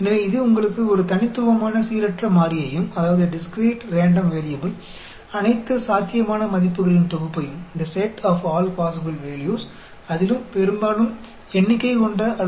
तो यह आपको वास्तव में डिस्क्रीट रैंडम वैरिएबल से निर्मित डिस्क्रीट डिस्ट्रीब्यूशन देता है